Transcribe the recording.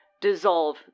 dissolve